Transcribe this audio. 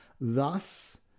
thus